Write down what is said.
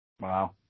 Wow